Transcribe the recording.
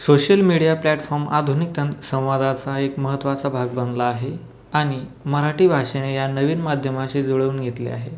social media platform आधुनिक तन् संवादाचा एक महत्त्वाचा भाग बनला आहे आणि मराठी भाषेने या नवीन माध्यमाशी जुळवून घेतले आहे